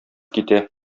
китә